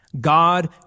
God